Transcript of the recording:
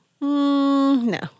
No